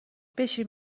بشین